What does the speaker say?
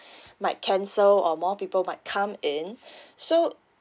might cancel or more people might come in so